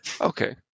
Okay